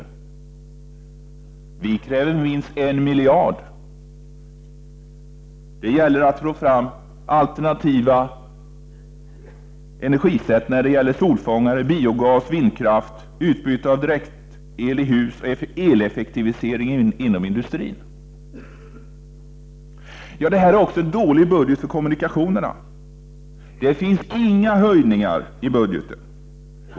Vi kräver minst en miljard. Det gäller att få fram alternativ energi i form av solfångare, biogas, vindkraft och utbyte av direktel i hus samt eleffektivisering inom industrin. De här är en dålig budget också för kommunikationerna. Det föreslås inga höjningar i budgeten.